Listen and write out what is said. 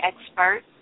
expert